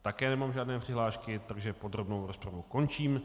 Také nemám žádné přihlášky, takže podrobnou rozpravu končím.